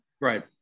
Right